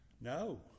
No